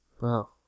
Wow